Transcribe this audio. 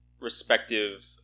respective